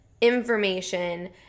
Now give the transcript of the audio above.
information